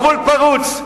הגבול פרוץ,